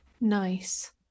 nice